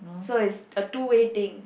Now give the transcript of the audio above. so it's a two way thing